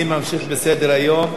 אני ממשיך בסדר-היום: